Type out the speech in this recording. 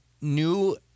new